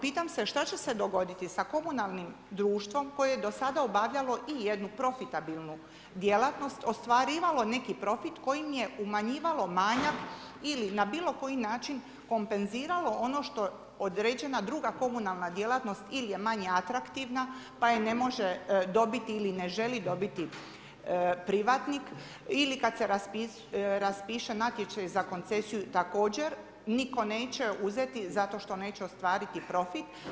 Pitam se šta će se dogoditi sa komunalnim društvom koje je do sada obavljalo i jednu profitabilnu djelatnost, ostvarivalo neki profit kojim je umanjivalo manjak ili na bilo koji način kompenziralo ono što određena druga komunalna djelatnost ili je manje atraktivna, pa je ne može dobiti ili ne želi dobiti privatnik ili kad se raspiše natječaj za koncesiju također nitko neće uzeti zato što neće ostvariti profit.